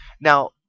now